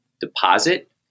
deposit